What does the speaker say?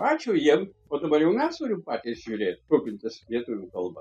ačiū jiem o dabar jau mes patys turim žiūrėt rūpintis lietuvių kalba